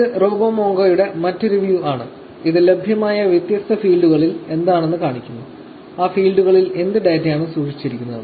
ഇത് റോബോ മോംഗോയുടെ മറ്റൊരു വ്യൂ ആണ് ഇത് ലഭ്യമായ വ്യത്യസ്ത ഫീൽഡുകൾ എന്താണെന്ന് കാണിക്കുന്നു ആ ഫീൽഡുകളിൽ എന്ത് ഡാറ്റയാണ് സൂക്ഷിച്ചിരിക്കുന്നത്